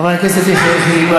חבר הכנסת יחיאל חיליק בר,